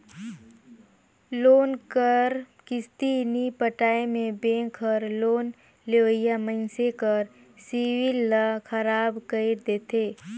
loan कर किस्ती नी पटाए में बेंक हर लोन लेवइया मइनसे कर सिविल ल खराब कइर देथे